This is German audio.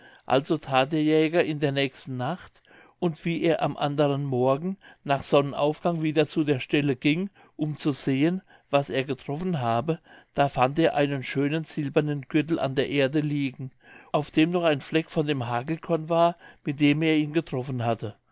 also that der jäger in der nächsten nacht und wie er am anderen morgen nach sonnenaufgang wieder zu der stelle ging um zu sehen was er getroffen habe da fand er einen schönen silbernen gürtel an der erde liegen auf dem noch der fleck von dem hagelkorn war mit dem er ihn getroffen hatte